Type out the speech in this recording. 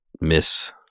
miss